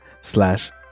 slash